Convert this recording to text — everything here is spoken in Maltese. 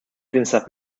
tinsab